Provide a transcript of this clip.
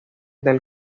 del